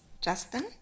Justin